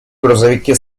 грузовики